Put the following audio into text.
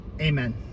Amen